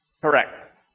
Correct